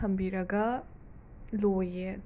ꯊꯝꯕꯤꯔꯒ ꯂꯣꯏꯌꯦ